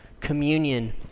communion